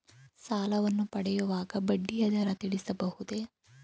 ಸಾಲವನ್ನು ಪಡೆಯುವಾಗ ಬಡ್ಡಿಯ ದರ ತಿಳಿಸಬಹುದೇ?